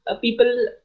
people